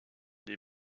des